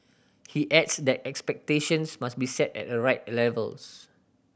he adds that expectations must be set at the right levels